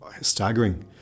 staggering